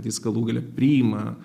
jis galų gale priima